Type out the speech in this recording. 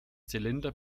zylinder